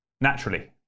naturally